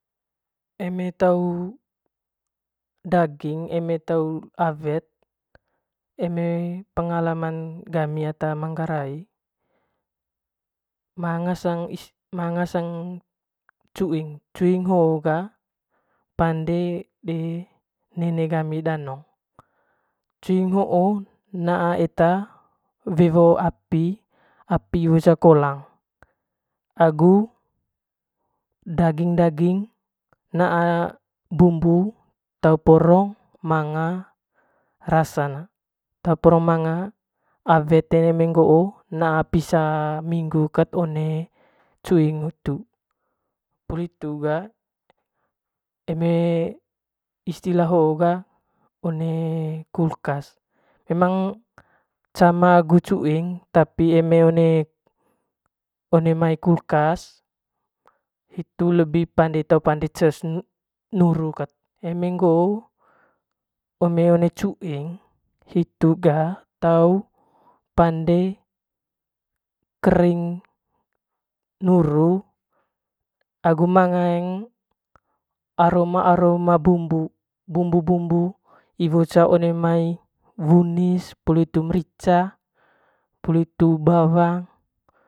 Eme tau daging eme tau awet eme pengalaman gami ata manggarai ma ngasang ma ngasang cuuing, cuing hoo ga pande de nene gami danong naa eta wewo api, api iwo ca kolang agu dagong daging naa bumbu tau porong manga rasan tau porong awet eme ngoo naa pisa minggu kat one cuinh hitu puli hitu ga eme istilah hoo ga one kulkas memang cama agu cuing tapi eme one one mai kulkas hitu lebih te pande tau pande cee nuru kat eme ngoo eme one cuing hiru ga tau pande kering nuru agu mangay aroma aroma bumbu, bumbu bumbu iwo ca one mai wunis oili hiru meriica puli hiru bawang.